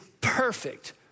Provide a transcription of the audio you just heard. perfect